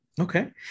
okay